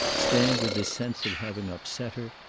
stand with his sense of having upset her,